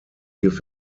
give